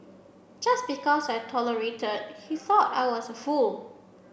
just because I tolerated he thought I was a fool